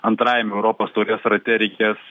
antrajame europos taurės rate reikės